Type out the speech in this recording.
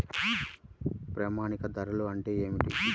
ప్రామాణిక ధరలు అంటే ఏమిటీ?